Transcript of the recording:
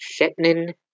Shetnin